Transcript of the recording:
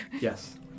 Yes